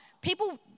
people